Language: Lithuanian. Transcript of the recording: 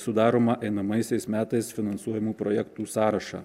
sudaroma einamaisiais metais finansuojamų projektų sąrašą